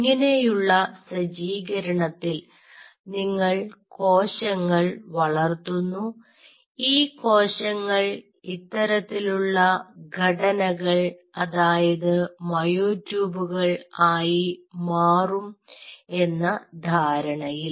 ഇങ്ങനെയുള്ള സജ്ജീകരണത്തിൽ നിങ്ങൾ കോശങ്ങൾ വളർത്തുന്നു ഈ കോശങ്ങൾ ഇത്തരത്തിലുള്ള ഘടനകൾ അതായത് മയോ ട്യൂബുകൾ ആയി മാറും എന്ന ധാരണയിൽ